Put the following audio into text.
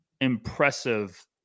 impressive